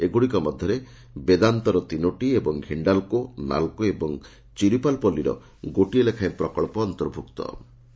ଏଗୁଡ଼ିକ ମଧରେ ବେଦାନ୍ତର ତିନୋଟି ଏବଂ ହିି୍ତାଲ୍କୋ ନାଲ୍କୋ ଓ ଚିରିପାଲ ପଲ୍ଲୀର ଗୋଟିଏ ଲେଖାଏଁ ପ୍ରକ୍ସ ଅନ୍ତର୍ଭୁକ୍କ